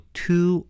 two